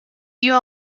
you